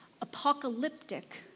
apocalyptic